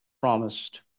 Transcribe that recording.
promised